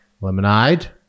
Lemonade